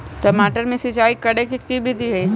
टमाटर में सिचाई करे के की विधि हई?